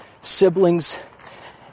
siblings